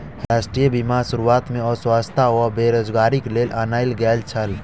राष्ट्रीय बीमा शुरुआत में अस्वस्थता आ बेरोज़गारीक लेल बनायल गेल छल